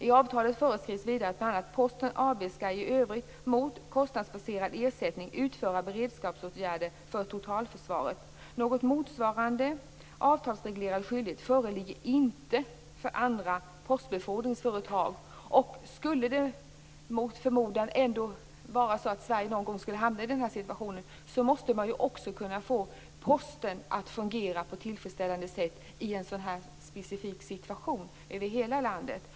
I avtalet föreskrivs vidare att Posten AB mot kostnadsbaserad ersättning skall utföra beredskapsåtgärder för totalförsvaret. Någon motsvarande avtalsreglerad skyldighet föreligger inte för andra postbefordringsföretag. Skulle Sverige mot förmodan någon gång hamna i den här situationen måste man också kunna få posten att fungera på ett tillfredsställande sätt över hela landet.